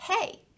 hey